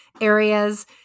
areas